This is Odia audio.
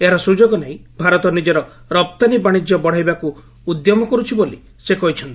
ଏହାର ସୁଯୋଗ ନେଇ ଭାରତ ନିକ୍କର ରପ୍ତାନୀ ବାଣିଜ୍ୟ ବଢ଼ାଇବାକୁ ଉଦ୍ୟମ କରୁଛି ବୋଲି ସେ କହିଛନ୍ତି